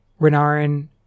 Renarin